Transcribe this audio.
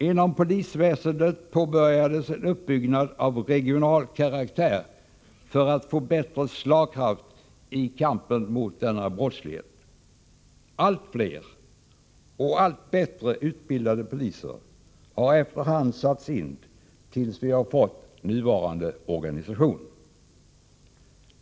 Inom polisväsendet påbörjades en uppbyggnad av regional karaktär för att få bättre slagkraft i kampen mot denna brottslighet. Allt fler och allt bättre utbildade poliser har efter hand satts in, tills vi har fått nuvarande organisation.